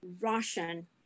Russian